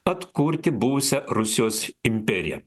atkurti buvusią rusijos imperiją